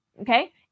Okay